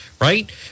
Right